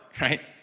right